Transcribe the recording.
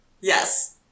Yes